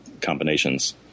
combinations